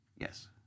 Yes